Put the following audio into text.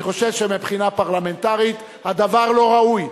אני חושב שמבחינה פרלמנטרית הדבר לא ראוי.